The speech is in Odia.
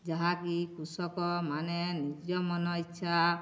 ଯାହାକି କୃଷକ ମାନେ ନିଜ ମନଇଚ୍ଛା